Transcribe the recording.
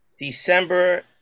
December